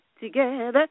together